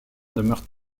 demeurent